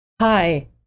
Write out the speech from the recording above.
hi